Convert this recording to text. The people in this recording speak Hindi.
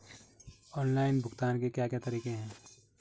ऑनलाइन भुगतान के क्या क्या तरीके हैं?